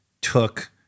took